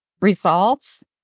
Results